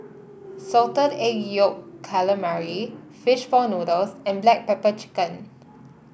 Salted Egg Yolk Calamari fish ball noodles and Black Pepper Chicken